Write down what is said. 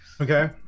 Okay